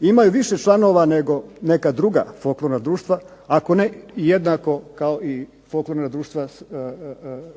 imaju više članova nego neka druga folklorna društva, ako ne i jednako kao i folklorna društva